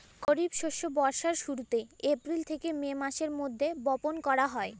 খরিফ ফসল বর্ষার শুরুতে, এপ্রিল থেকে মে মাসের মধ্যে, বপন করা হয়